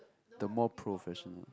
the more professional